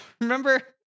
remember